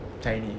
chinese